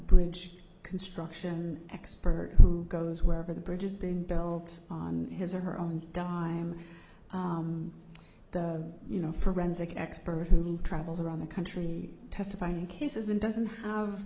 bridge construction expert goes wherever the bridges been built on his or her own dime you know forensic expert who travels around the country testifying cases and doesn't have